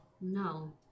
No